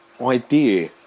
idea